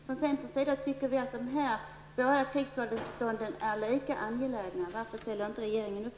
Från centerns sida tycker vi att dessa både krigsskadeståndskrav är lika angelägna. Varför ställer inte regeringen upp?